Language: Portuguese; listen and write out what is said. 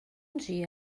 dia